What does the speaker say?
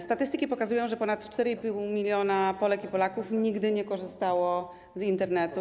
Statystyki pokazują, że ponad 4,5 mln Polek i Polaków nigdy nie korzystało z Internetu.